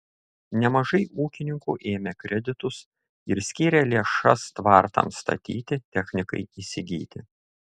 nemažai ūkininkų ėmė kreditus ir skyrė lėšas tvartams statyti technikai įsigyti